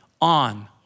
on